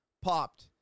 popped